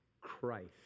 Christ